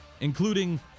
including